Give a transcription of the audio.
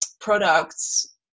products